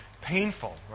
Painful